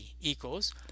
equals